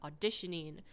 auditioning